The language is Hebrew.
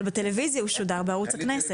אבל בטלוויזיה הוא שודר, בערוץ הכנסת.